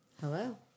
Hello